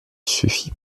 suffit